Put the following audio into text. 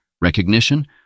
recognition